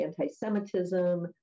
anti-Semitism